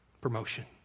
promotion